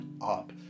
up